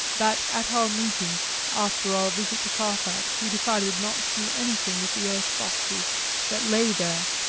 that at our meeting after our visit to carfax we decided not to do anything with the earth-boxes that lay there.